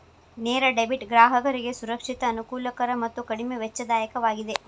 ನೇರ ಡೆಬಿಟ್ ಗ್ರಾಹಕರಿಗೆ ಸುರಕ್ಷಿತ, ಅನುಕೂಲಕರ ಮತ್ತು ಕಡಿಮೆ ವೆಚ್ಚದಾಯಕವಾಗಿದೆ